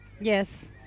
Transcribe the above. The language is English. Yes